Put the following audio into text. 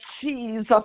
Jesus